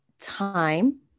time